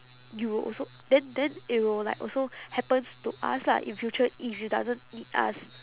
you will also then then it will like also happens to us lah in future if you doesn't need us